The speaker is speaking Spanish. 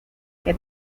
que